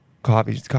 Coffee